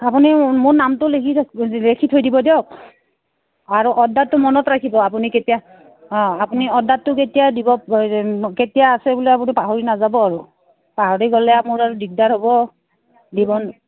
আপুনি মোৰ নামটো লিখি থৈ লিখি থৈ দিব দিয়ক আৰু অৰ্ডাৰটো মনত ৰাখিব আপুনি কেতিয়া অঁ আপুনি অৰ্ডাৰটো কেতিয়া দিব কেতিয়া আছে বোলে আপুনি পাহৰি নাযাব আৰু পাহৰি গ'লে মোৰ আৰু দিগদাৰ হ'ব দিব